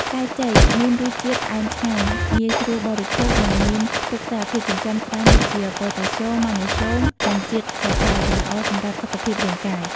ផ្លែចេកមានរសជាតិ ផ្អែមឆ្ងាញ់ ងាយស្រួលបរិភោគ និងមានផ្ទុកសារធាតុចិញ្ចឹមច្រើនដូចជា ប៉ូតាស្យូម ម៉ាញ៉េស្យូម និង ជាតិសរសៃ ដែលល្អសម្រាប់សុខភាពរាងកាយ។